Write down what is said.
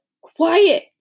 Quiet